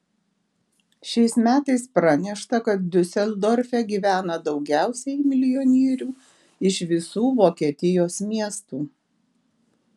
šiais metais pranešta kad diuseldorfe gyvena daugiausiai milijonierių iš visų vokietijos miestų